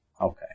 Okay